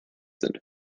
sind